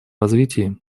развитии